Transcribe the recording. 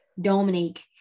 Dominique